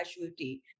casualty